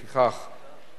לפיכך,